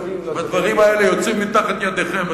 והדברים האלה יוצאים מתחת ידיכם,